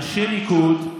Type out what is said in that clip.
אנשי ליכוד,